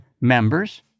members